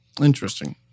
Interesting